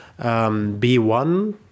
B1